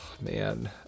Man